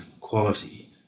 quality